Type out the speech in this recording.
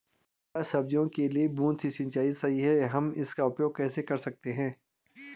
क्या सब्जियों के लिए बूँद से सिंचाई सही है हम इसका उपयोग कैसे कर सकते हैं?